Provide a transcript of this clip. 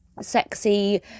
sexy